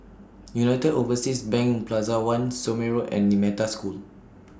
United Overseas Bank Plaza one Somme Road and in Metta School